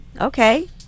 Okay